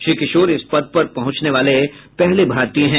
श्री किशोर इस पद पर पहुंचने वाले पहले भारतीय हैं